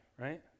right